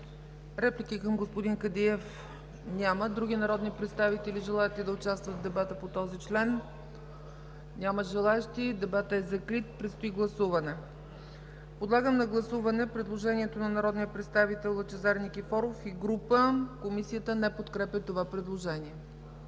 Реплики към господин Кадиев? Няма. Други народни представители желаят ли да участват в дебата по този член? Няма желаещи. Дебатът е закрит. Предстои гласуване. Подлагам на гласуване предложението на народния представител Лъчезар Никифоров и група народни представители. Комисията не подкрепя това предложение.